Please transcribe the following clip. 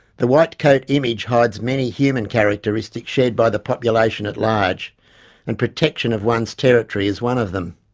the white coat image hides many human characteristics shared by the population at large and protection of one's territory is one of them.